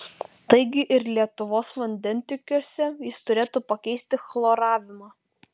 taigi ir lietuvos vandentiekiuose jis turėtų pakeisti chloravimą